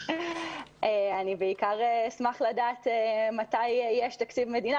אני בעיקר אשמח לדעת מתי יש תקציב מדינה